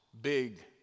big